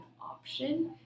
option